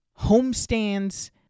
homestands